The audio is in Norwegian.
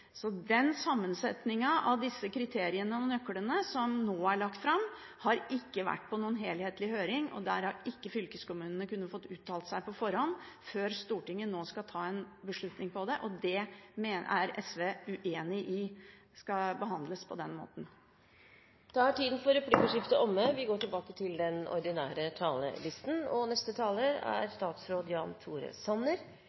Den sammensetningen av disse kriteriene og nøklene som nå er lagt fram, har ikke vært på noen helhetlig høring. Fylkeskommunene har ikke fått uttalt seg på forhånd om det før Stortinget nå skal ta en beslutning om det. SV er uenig i at det skal behandles på den måten. Da er replikkordskiftet omme. Kommuneproposisjonen vi behandler i dag, staker ut kursen for neste år og for fremtidens Kommune-Norge. Kommunene er